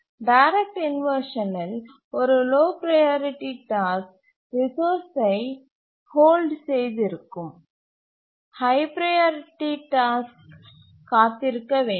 direct inversion இல் ஒரு low priority task ரிசோர்ஸ்சை ஹோல்ட் செய்து இருக்கும் ஹய் ப்ரையாரிட்டி டாஸ்க் காத்திருக்க வேண்டும்